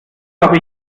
habe